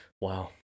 Wow